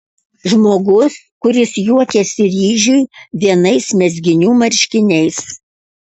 žmogus kuris juokiasi ryžiui vienais mezginių marškiniais